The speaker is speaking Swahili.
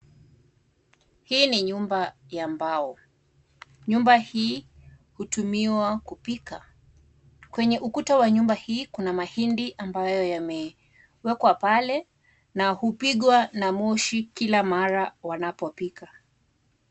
Hii ni nyumba ya mbao. Nyumba hii hutumiwa kupika. Kwenye ukuta wa nyumba hii kuna mahindi ambayo yamewekwa pale na hupigwa na Moshi kila mara wanapopika.